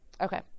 Okay